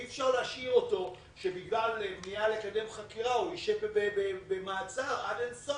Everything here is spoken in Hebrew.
אי אפשר שבגלל מניעה לקדם חקירה הוא יישב במעצר עד אינסוף.